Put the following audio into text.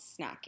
snacking